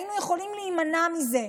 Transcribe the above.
היינו יכולים להימנע מזה,